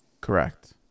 Correct